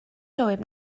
soovib